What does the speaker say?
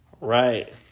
Right